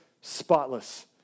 spotless